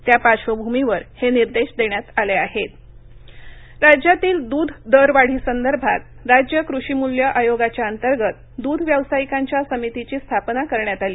त्या पार्श्वभूमीवर हे निर्देश देण्यात आले आहेत पाशा पटेल राज्यातील दूध दरवाढीसंदर्भात राज्य कृषी मूल्य आयोगाच्या अंतर्गत दूध व्यावसायिकांच्या समितीची स्थापना करण्यात आली